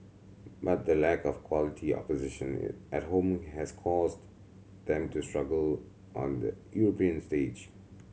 but the lack of quality opposition at home has caused them to struggle on the European stage